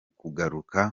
kugaruka